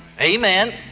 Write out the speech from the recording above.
Amen